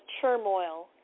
turmoil